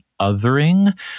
othering